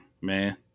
man